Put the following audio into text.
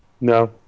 no